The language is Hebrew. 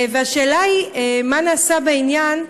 השאלה היא: מה נעשה בעניין?